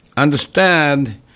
Understand